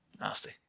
Nasty